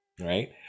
right